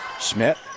Schmidt